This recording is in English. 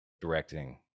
directing